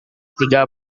tiga